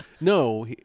No